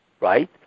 right